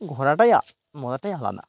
ঘোরাটাই মজাটাই আলাদা